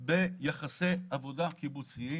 ביחסי עבודה קיבוציים.